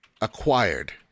acquired